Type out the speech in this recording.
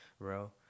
Bro